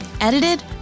Edited